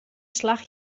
slach